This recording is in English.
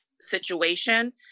situation